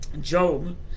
Job